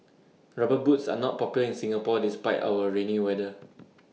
rubber boots are not popular in Singapore despite our rainy weather